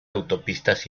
autopistas